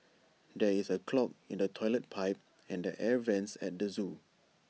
there is A clog in the Toilet Pipe and the air Vents at the Zoo